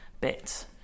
bit